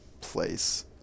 place